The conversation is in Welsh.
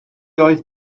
oedd